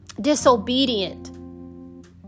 disobedient